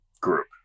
group